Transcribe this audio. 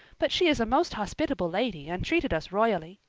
but she is a most hospitable lady and treated us royally.